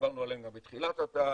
ודיברנו עליהם גם בתחילת התהליך: